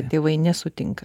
tėvai nesutinka